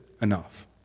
enough